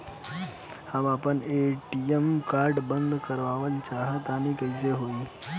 हम आपन ATM card बंद करावल चाह तनि कइसे होई?